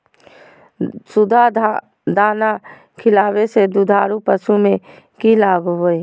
सुधा दाना खिलावे से दुधारू पशु में कि लाभ होबो हय?